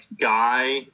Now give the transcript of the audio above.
guy